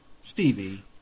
Stevie